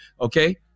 Okay